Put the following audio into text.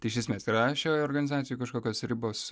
tai iš esmės yra šioj organizacijoj kažkokios ribos